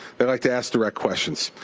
they like to ask direct questions.